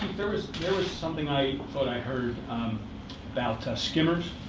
there was something i thought i heard about skimmers,